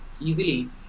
easily